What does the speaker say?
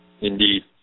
Indeed